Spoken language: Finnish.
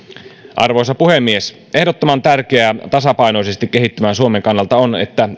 arvoisa puhemies ehdottoman tärkeää tasapainoisesti kehittyvän suomen kannalta on että